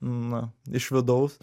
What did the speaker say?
na iš vidaus